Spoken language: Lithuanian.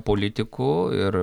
politikų ir